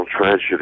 tragedy